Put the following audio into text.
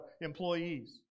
employees